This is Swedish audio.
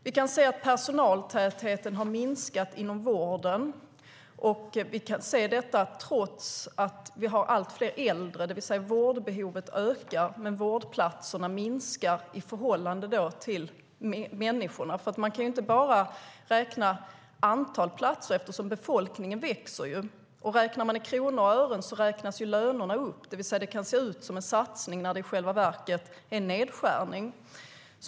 Vi kan se att personaltätheten har minskat inom vården, trots att vi har allt fler äldre. Det vill säga att vårdbehovet ökar men vårdplatserna minskar i förhållande till människorna. Man kan inte bara räkna antalet platser, eftersom befolkningen växer. Räknar man i kronor och ören räknas lönerna upp, det vill säga det kan se ut som en satsning när det i själva verket är en nedskärning.